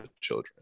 children